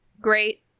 Great